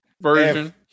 version